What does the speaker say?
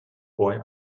boy